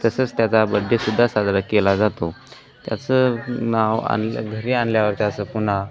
तसंच त्याचा बड्डेसुद्धा साजरा केला जातो त्याचं नाव आणल्या घरी आणल्यावर त्या असं पुन्हा